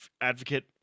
advocate